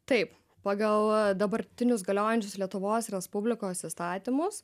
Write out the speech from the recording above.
taip pagal dabartinius galiojančius lietuvos respublikos įstatymus